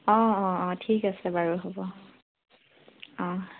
অ অ অ ঠিক আছে বাৰু হ'ব অ